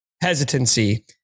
hesitancy